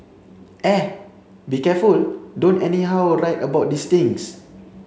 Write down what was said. eh be careful don't anyhow write about these things